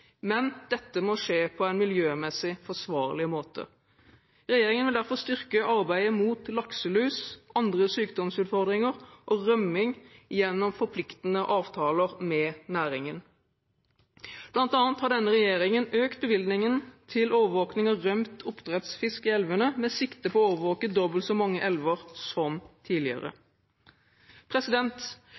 Men dette må skje på en miljømessig forsvarlig måte. Regjeringen vil derfor styrke arbeidet mot lakselus, andre sykdomsutfordringer og rømming gjennom forpliktende avtaler med næringen. Blant annet har denne regjeringen økt bevilgningene til overvåkning av rømt oppdrettsfisk i elvene med sikte på å overvåke dobbelt så mange elver som tidligere.